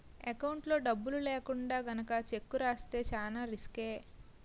ఎకౌంట్లో డబ్బులు లేకుండా గనక చెక్కు రాస్తే చానా రిసుకే